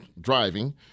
driving